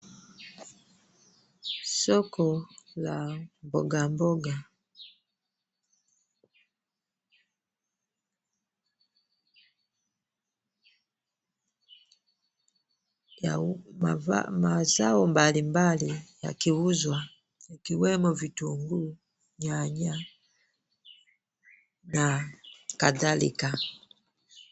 Soko la mbogamboga ya mazao mbalimbali yakiuzwa ikiwemo vitunguu, nyanya na kadhalika.